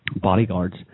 bodyguards